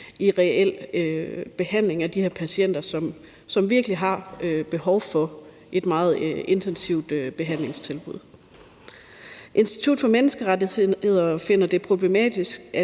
i reel behandling af de her patienter, som virkelig har behov for et meget intensivt behandlingstilbud. Institut for Menneskerettigheder finder det problematisk,